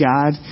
God